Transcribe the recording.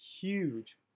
huge